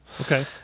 Okay